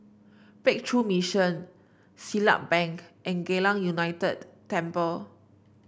Breakthrough Mission Siglap Bank and Geylang United Temple